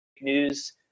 news